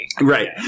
Right